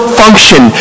function